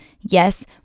Yes